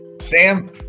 Sam